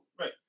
right